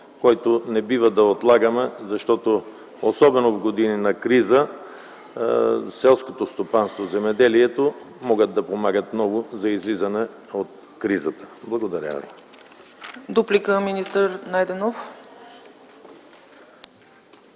който не бива да отлагаме, защото особено в години на криза селското стопанство, земеделието могат да помагат много за излизане от кризата? Благодаря ви.